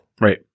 Right